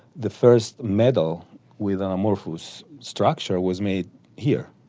the first metal with an amorphous structure was made here,